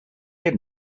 had